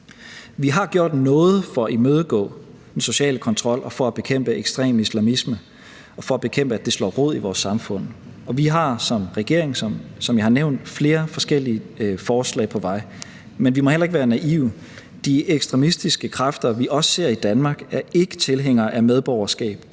Vi har gjort noget for at imødegå den sociale kontrol og for at bekæmpe ekstrem islamisme og for at bekæmpe, at det slår rod i vores samfund. Vi har som regering, som jeg har nævnt, flere forskellige forslag på vej, men vi må heller ikke være naive. De ekstremistiske kræfter, vi også ser i Danmark, er ikke tilhængere af medborgerskab.